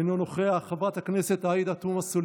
אינו נוכח, חברת הכנסת אורית פרקש הכהן,